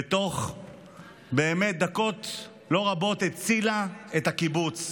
ותוך דקות לא רבות הצילה את הקיבוץ,